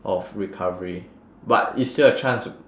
of recovery but it's still a chance